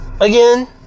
again